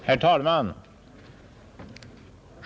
Herr talman!